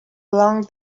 along